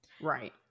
Right